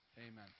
Amen